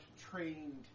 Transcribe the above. trained